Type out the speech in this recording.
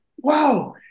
wow